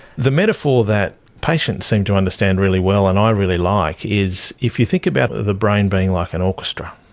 the metaphor that patients seem to understand really well and i really like is if you think about the brain being like an orchestra,